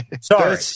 Sorry